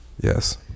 Yes